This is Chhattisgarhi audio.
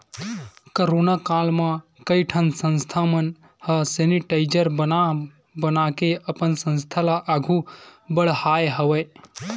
कोरोना काल म कइ ठन संस्था मन ह सेनिटाइजर बना बनाके अपन संस्था ल आघु बड़हाय हवय